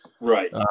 right